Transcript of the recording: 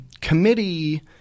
committee –